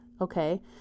Okay